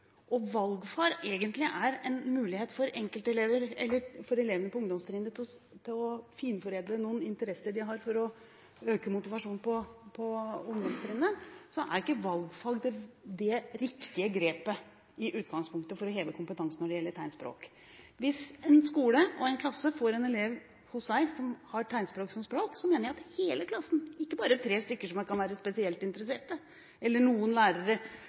og valgfag egentlig er en mulighet for elevene på ungdomstrinnet til å finforedle noen interesser de har, for å øke motivasjonen på ungdomstrinnet, er ikke valgfag i utgangspunktet det riktige grepet for å heve kompetansen i tegnspråk. Hvis en skole og en klasse får en elev hos seg som har tegnspråk som språk, mener jeg at hele klassen – ikke bare tre stykker som kan være spesielt interessert, eller noen lærere